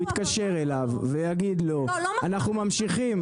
יתקשר אליו ויגיד לו אנחנו ממשיכים.